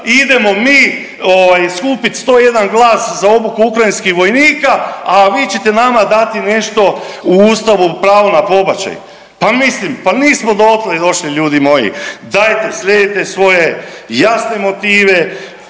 Idemo mi skupit 101 glas za obuku ukrajinskih vojnika, a vi ćete nama dati nešto u Ustavu pravo na pobačaj. Pa mislim, pa nismo dotle došli ljudi moji! Dajte sredite svoje jasne motive